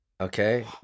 Okay